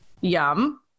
Yum